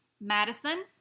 Madison